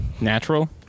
Natural